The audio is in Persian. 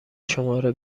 شماره